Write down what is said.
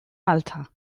malta